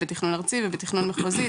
בתכנון ארצי ובתכנון מחוזי,